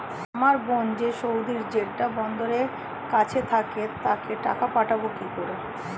আমার বোন যে সৌদির জেড্ডা বন্দরের কাছে থাকে তাকে টাকা পাঠাবো কি করে?